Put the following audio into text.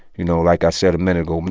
you know, like i said a minute ago,